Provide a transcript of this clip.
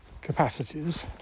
capacities